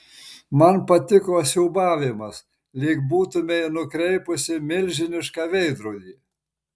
man patiko siūbavimas lyg būtumei nukreipusi milžinišką veidrodį